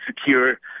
secure